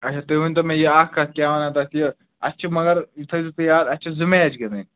اچھا تُہۍ ؤنتَو مےٚ یہِ اَکھ کَتھ کیٛاہ وَنان تَتھ یہِ اَسہِ چھِ مگر یہِ تھٲیزیٚو تُہۍ یاد اَسہِ چھِ زٕ میچ گِنٛدٕنۍ